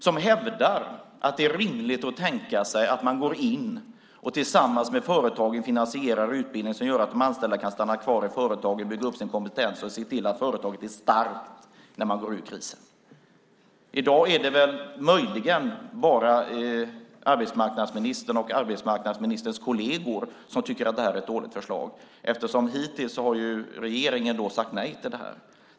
De hävdar att det är rimligt att tänka sig att man går in och tillsammans med företagen finansierar utbildning som gör att de anställda kan stanna kvar i företagen, bygga upp sin kompetens och se till att företaget är starkt när man går ur krisen. I dag är det möjligen bara arbetsmarknadsministern och arbetsmarknadsministerns kolleger som tycker att det är ett dåligt förslag. Hittills har regeringen sagt nej till det här.